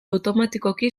automatikoki